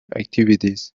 activities